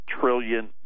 trillion